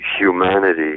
humanity